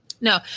No